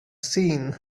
seen